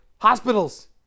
hospitals